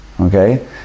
Okay